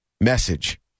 message